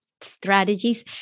strategies